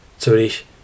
Zurich